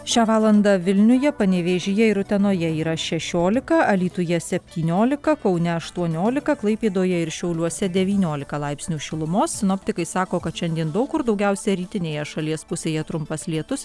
šią valandą vilniuje panevėžyje ir utenoje yra šešiolika alytuje septyniolika kaune aštuoniolika klaipėdoje ir šiauliuose devyniolika laipsnių šilumos sinoptikai sako kad šiandien daug kur daugiausia rytinėje šalies pusėje trumpas lietus